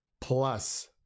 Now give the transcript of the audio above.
Plus